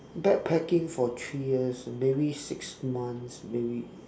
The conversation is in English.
backpacking for three years maybe six months maybe